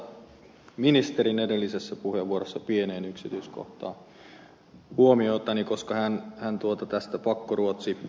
kiinnitän ministerin edellisessä puheenvuorossa pieneen yksityiskohtaan huomiota koska hän on tuotu teistä pakkoruotsi